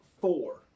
four